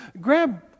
grab